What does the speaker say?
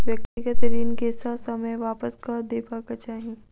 व्यक्तिगत ऋण के ससमय वापस कअ देबाक चाही